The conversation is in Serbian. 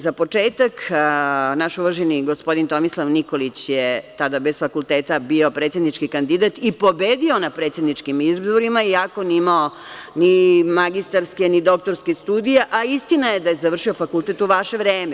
Za početak, naš uvaženi gospodin Tomislav Nikolić je tada bez fakulteta bio predsednički kandidat i pobedio na predsedničkim izborima, iako nije imao ni magistarske ni doktorske studije, a istina je da je završio fakultet u vaše vreme.